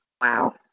Wow